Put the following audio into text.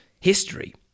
history